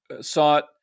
sought